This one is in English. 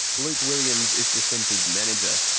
luke williams is the centre's manager,